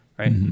Right